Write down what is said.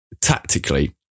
tactically